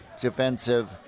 defensive